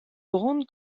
grande